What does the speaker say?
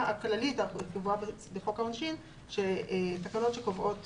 הכללית הקבועה בחוק העונשין שתקנות שקובעות